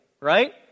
right